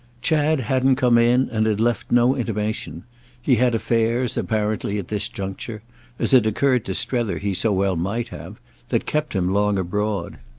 chad hadn't come in and had left no intimation he had affairs, apparently, at this juncture as it occurred to strether he so well might have that kept him long abroad.